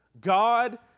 God